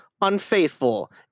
Unfaithful